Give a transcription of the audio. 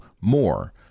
more